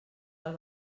del